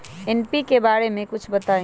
NPK बारे म कुछ बताई?